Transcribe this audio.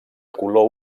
color